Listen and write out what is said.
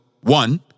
one